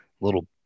little